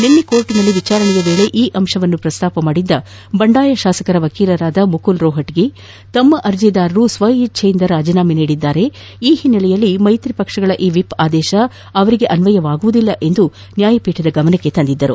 ನಿನ್ನೆ ನ್ಹಾಯಾಲಯದಲ್ಲಿ ವಿಚಾರಣೆಯ ವೇಳೆ ಈ ಅಂಶವನ್ನು ಪ್ರಸ್ತಾಪಿಸಿದ ಬಂಡಾಯ ಶಾಸಕರ ವಕೀಲರಾದ ಮುಕುಲ್ ರೋಷ್ಟಗಿ ತಮ್ಮ ಅರ್ಜೆದಾರರು ಸ್ವ ಇಜ್ಜೆಯಿಂದ ರಾಜೀನಾಮೆ ನೀಡಿರುವ ಹಿನ್ನೆಲೆಯಲ್ಲಿ ಮೈತ್ರಿ ಪಕ್ಷಗಳ ಈ ವಿಷ್ ಆದೇಶ ಅವರಿಗೆ ಅನ್ವಯವಾಗುವುದಿಲ್ಲ ಎಂದು ನ್ಯಾಯಪೀಠದ ಗಮನಕ್ಕೆ ತಂದಿದ್ದರು